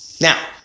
now